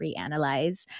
reanalyze